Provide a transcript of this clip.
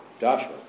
Joshua